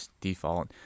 default